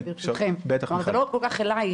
זה לא כל כך אליך,